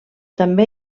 també